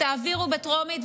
תעבירו בטרומית,